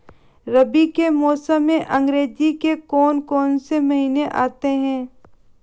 रबी के मौसम में अंग्रेज़ी के कौन कौनसे महीने आते हैं?